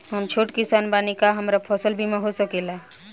हम छोट किसान बानी का हमरा फसल बीमा हो सकेला?